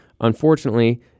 Unfortunately